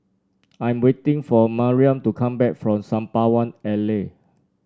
I am waiting for Mariam to come back from Sembawang Alley